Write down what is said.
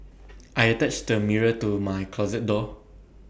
I attached the mirror to my closet door